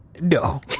No